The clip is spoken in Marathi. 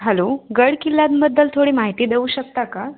हॅलो गडकिल्ल्यांबद्दल थोडी माहिती देऊ शकता का